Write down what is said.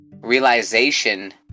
realization